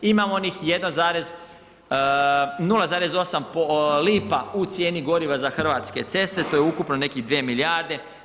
Ima onih, 0,8 lipa u cijeni goriva za Hrvatske ceste, to je ukupno negdje 2 milijarde.